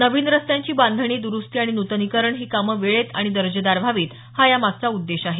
नवीन रस्त्यांची बांधणी द्रूस्ती आणि नूतनीकरण ही कामे वेळेत आणि दर्जेदार व्हावीत हा या मागचा उद्देश आहे